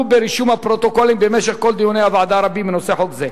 ברישום הפרוטוקולים במשך כל דיוני הוועדה הרבים בנושא חוק זה.